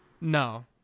No